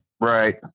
Right